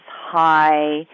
high